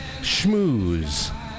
schmooze